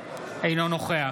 אינו נוכח